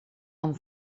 amb